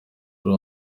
muri